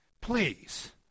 please